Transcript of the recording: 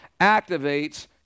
activates